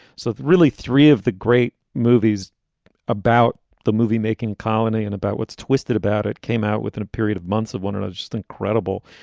so really, three of the great movies about the moviemaking colony and about what's twisted about it came out within a period of months of one another. just incredible.